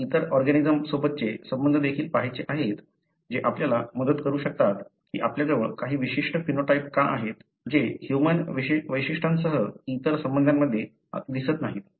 आपल्याला इतर ऑर्गॅनिजमसोबतचे संबंध देखील पहायचे आहेत जे आपल्याला मदत करू शकतात की आपल्याजवळ काही विशिष्ट फिनोटाइप का आहेत जे ह्यूमन वैशिष्ट्यांसह इतर संबंधांमध्ये दिसत नाहीत